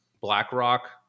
BlackRock